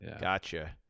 Gotcha